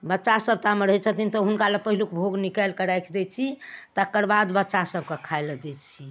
बच्चा सभ तामे रहै छथिन तऽ हुनका लए पहिलुक भोग निकालि कऽ राखि दै छी तकर बाद बच्चा सभके खाइ लए दै छी